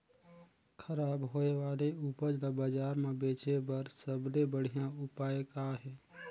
खराब होए वाले उपज ल बाजार म बेचे बर सबले बढ़िया उपाय का हे?